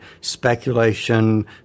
speculation